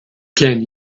can